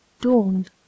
DAWNED